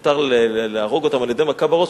מותר להרוג אותם על-ידי מכה בראש.